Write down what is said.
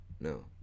no